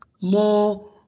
more